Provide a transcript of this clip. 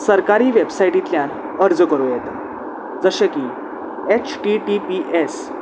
सरकारी वेबसायटींतल्यान अर्ज करूं येता जशें की H T T P S